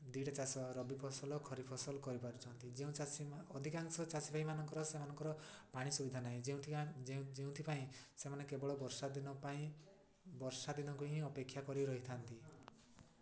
ଦୁଇଟା ଚାଷ ରବି ଫସଲ ଖରିଫ ଫସଲ କରିପାରୁଛନ୍ତି ଯେଉଁ ଚାଷୀ ଅଧିକାଂଶ ଚାଷୀ ଭାଇମାନଙ୍କର ସେମାନଙ୍କର ପାଣି ସୁବିଧା ନାହିଁ ଯେଉଁଠି ଯେଉଁ ଯେଉଁଥିପାଇଁ ସେମାନେ କେବଳ ବର୍ଷା ଦିନ ପାଇଁ ବର୍ଷା ଦିନକୁ ହିଁ ଅପେକ୍ଷା କରି ରହିଥାନ୍ତି